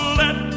let